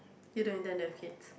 you don't intend to have kids